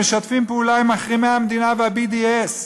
הם משתפים פעולה עם מחרימי המדינה, עם ה-BDS,